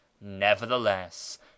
nevertheless